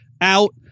out